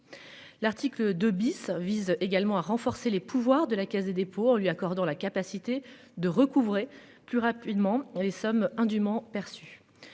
L'article 2 bis vise également à renforcer les pouvoirs de la Caisse des dépôts en lui accordant la capacité de recouvrer plus rapidement les sommes indument perçues